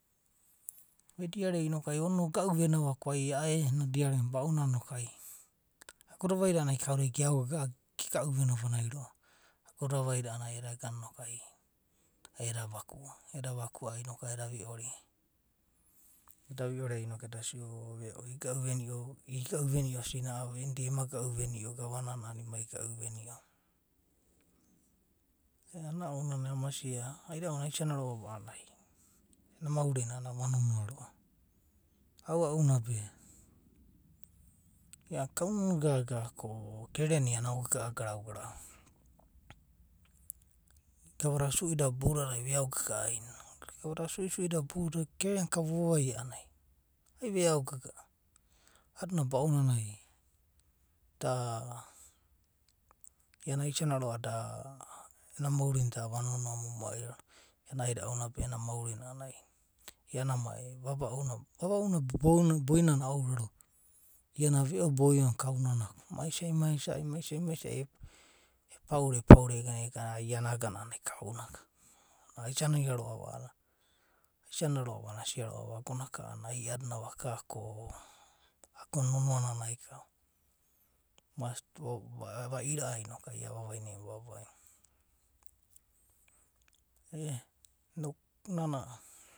Vediare noku, onina oga’u venin ava ko ai a’a ediare va baunanai a’anana agoda vaida kauda geaogaga’a roa gega’u venia vanai roa’va, ago da vaida a’anana ai kauda gegana roa’va eda vakua ai eda viora, eda viora noku eda sia iga’u venio sina’ava, i’inana da ima ga’u venio gavanana a’anana imai igau veni ova. A’adina ounanai aida’u na aisania roa’va a’anana eno mauri na ava nonoa roa. Aua’u na be. iana kau nonoa gaga ko ena kererena iana aogaga’a garau garau. Gava da suidada boudadai veao gaga’a ainida. gava da suisui da. kererena ka oma vavaia a’anana ai veao gaga’a. A’anana baunanai, iana aisania roa’va, da. iana ens mauri na aisana da ava nonoa momoai roa’va. Iana aida’u na mai vava’u na, vava’u na boinana a’ouraro va, iana veo boio na kaunana ko mai sai mai sai epaura. epaura iane iagana ai kaunaka. aisania roa’va a’anan asia roa’va agonaka a’anana ia’adina nav aka. ago na nonoa naikaa mmast vaira’a noku ia vavai na i’inana vavaia.